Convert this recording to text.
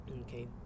Okay